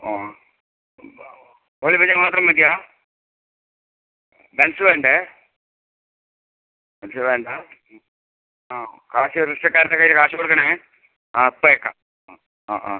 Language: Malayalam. ആ ഒരു പ്ലേറ്റ് മാത്രം മതിയോ ബെൻസ് വേണ്ടേ ബെൻസ് വേണ്ട ആ കാശ് റിക്ഷക്കാരൻ്റെ കൈയ്യിൽ കാശ് കൊടുക്കണേ ആ ഇപ്പോൾ അയക്കാം ആ ആ ആ